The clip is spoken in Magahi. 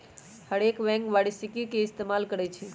हरेक बैंक वारषिकी के इस्तेमाल करई छई